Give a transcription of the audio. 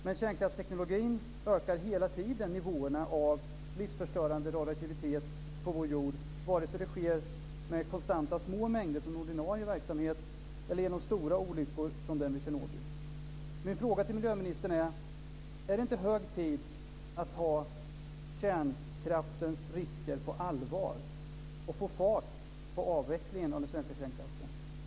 Men kärnkraftsteknologin ökar hela tiden nivåerna av livsförstörande radioaktivitet på vår jord, antingen med konstanta små mängder från ordinarie verksamhet eller genom stora olyckor som den i Tjernobyl. Min fråga till miljöministern är: Är det inte hög tid att ta kärnkraftens risker på allvar och få fart på avvecklingen av den svenska kärnkraften?